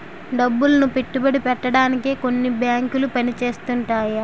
డబ్బులను పెట్టుబడి పెట్టడానికే కొన్ని బేంకులు పని చేస్తుంటాయట